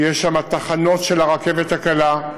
כשיש שם תחנות של הרכבת הקלה,